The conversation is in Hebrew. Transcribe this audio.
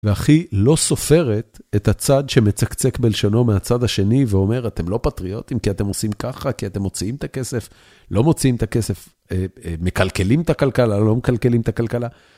והכי לא סופרת את הצד שמצקצק בלשונו מהצד השני, ואומר, אתם לא פטריוטים כי אתם עושים ככה, כי אתם מוציאים את הכסף, לא מוציאים את הכסף, מקלקלים את הכלכלה, לא מקלקלים את הכלכלה.